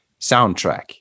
soundtrack